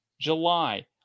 July